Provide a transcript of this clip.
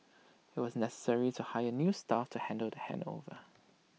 IT was necessary to hire new staff to handle the handover